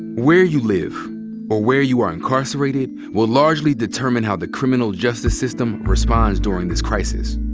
where you live or where you are incarcerated will largely determine how the criminal justice system responds during this crisis.